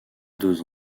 deux